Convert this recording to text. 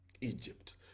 Egypt